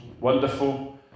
wonderful